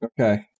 Okay